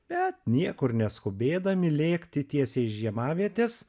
bet niekur neskubėdami lėkti tiesiai iš žiemavietės